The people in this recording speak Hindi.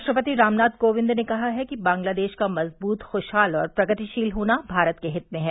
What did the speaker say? राष्ट्रपति रामनाथ कोविंद ने कहा है कि बांग्लादेश का मजबूत खुशहाल और प्रगतिशील होना भारत के हित में है